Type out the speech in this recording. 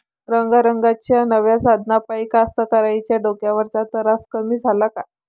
रंगारंगाच्या नव्या साधनाइपाई कास्तकाराइच्या डोक्यावरचा तरास कमी झाला का?